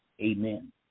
Amen